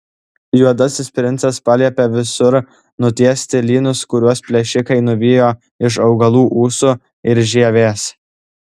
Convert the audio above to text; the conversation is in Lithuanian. juodasis princas paliepė visur nutiesti lynus kuriuos plėšikai nuvijo iš augalų ūsų ir žievės